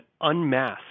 unmask